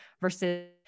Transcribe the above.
versus